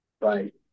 Right